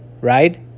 right